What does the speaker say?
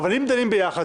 -- אבל אם דנים ביחד,